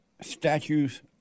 statues